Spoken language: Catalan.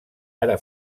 ara